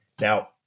Now